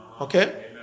Okay